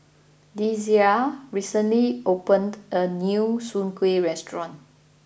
Desirae recently opened a new Soon Kuih restaurant